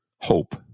Hope